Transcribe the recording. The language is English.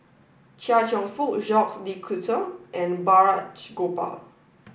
Chia Cheong Fook Jacques de Coutre and Balraj Gopal